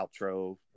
outro